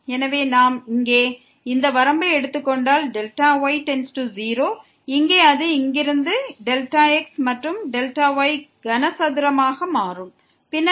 எனவே நாம் இங்கே இந்த வரம்பை எடுத்துக் கொண்டால் Δy→0 இங்கிருந்து Δx மற்றும் Δy கனசதுரமாக மாறும் பின்னர் Δx மற்றும் y2